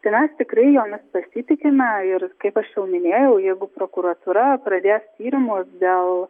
tai mes tikrai jomis pasitikime ir kaip aš jau minėjau jeigu prokuratūra pradės tyrimus dėl